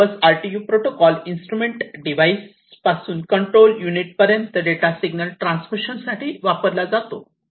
हा Modbus RTU protocol instrument device पासून control unit पर्यंत डेटा सिग्नल ट्रान्समिशन साठी वापरला जातो